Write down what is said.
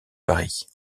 paris